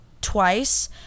twice